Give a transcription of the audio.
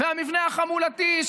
והמבנה החמולתי,